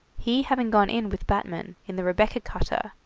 he having gone in with batman, in the rebecca cutter,